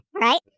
right